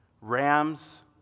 Rams